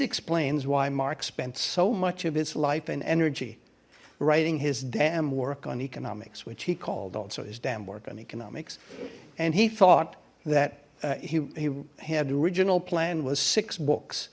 explains why mark spent so much of his life and energy writing his damn work on economics which he called also his damn work on economics and he thought that he had the original plan was six books